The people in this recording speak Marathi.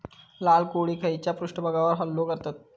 लाल कोळी खैच्या पृष्ठभागावर हल्लो करतत?